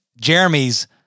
Jeremy's